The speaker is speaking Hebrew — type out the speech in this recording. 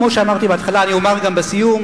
כמו שאמרתי בהתחלה אני אומר גם בסיום,